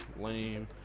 lame